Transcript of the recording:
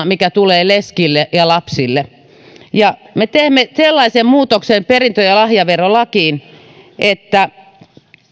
mikä tulee leskille ja lapsille me teemme sellaisen muutoksen perintö ja lahjaverolakiin että